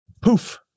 poof